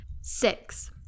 Six